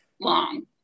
long